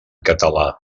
català